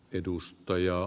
edustaja